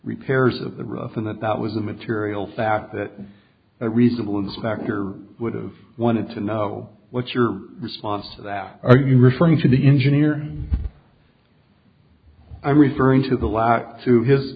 repairs of the roof and that that was a material fact that a reasonable inspector would've wanted to know what's your response to that are you referring to the engineer i'm referring to the lack to his